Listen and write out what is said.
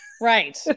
right